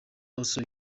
also